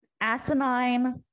asinine